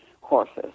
horses